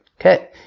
okay